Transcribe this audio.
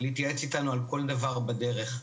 להתייעץ איתנו על כל דבר בדרך.